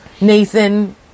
Nathan